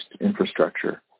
infrastructure